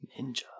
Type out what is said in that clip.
Ninja